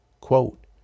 Quote